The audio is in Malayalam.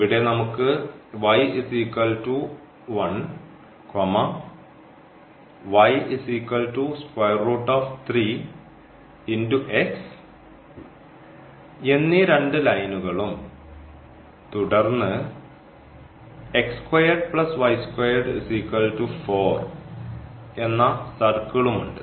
ഇവിടെ നമുക്ക് എന്നീ രണ്ട് ലൈനുകളും തുടർന്ന് എന്ന സർക്കിളും ഉണ്ട്